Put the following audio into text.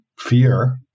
fear